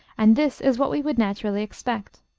and this is what we would naturally expect.